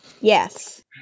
Yes